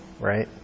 right